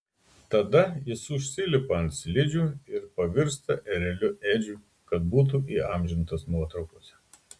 tada jis užsilipa ant slidžių ir pavirsta ereliu edžiu kad būtų įamžintas nuotraukose